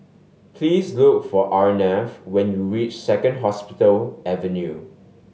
please look for Arnav when you reach Second Hospital Avenue